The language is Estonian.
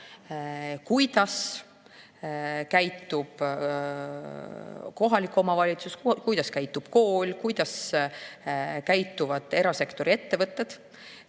kuidas käitub kohalik omavalitsus, kuidas käitub kool, kuidas käituvad erasektori ettevõtted.